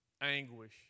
anguish